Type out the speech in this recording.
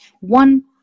one